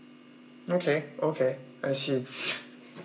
okay okay I see